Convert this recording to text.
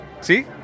See